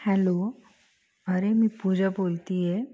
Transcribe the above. hello अरे मी पूजा बोलतीय